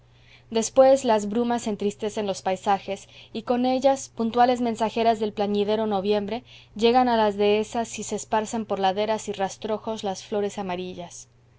después las brumas entristecen los paisajes y con ellas puntuales mensajeras del plañidero noviembre llegan a las dehesas y se esparcen por laderas y rastrojos las flores amarillas